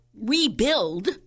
rebuild